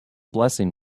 blessing